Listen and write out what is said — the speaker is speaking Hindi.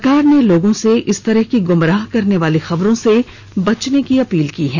सरकार ने लोगों से इस तरह की गुमराह करने वाली खबरों से बचने की अपील की है